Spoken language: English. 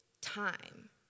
time